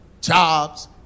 jobs